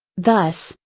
thus,